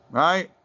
right